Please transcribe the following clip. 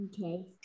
Okay